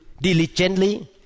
diligently